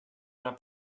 una